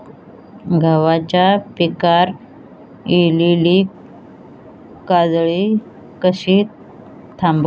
गव्हाच्या पिकार इलीली काजळी कशी थांबव?